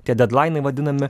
tie dedlainai vadinami